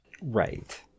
Right